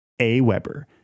AWeber